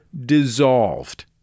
dissolved